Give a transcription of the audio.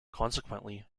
consequently